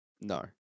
No